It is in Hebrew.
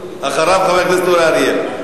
אחריו, חבר הכנסת אורי אריאל.